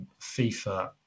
fifa